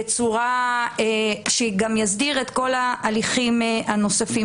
ובצורה שגם תסדיר את כל ההליכים הנוספים